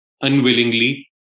unwillingly